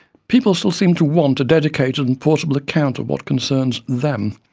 people still seem to want a dedicated and portable account of what concerns them,